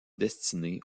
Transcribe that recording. destinée